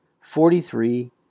forty-three